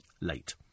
Late